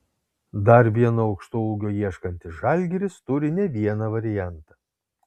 dar vieno aukštaūgio ieškantis žalgiris turi ne vieną variantą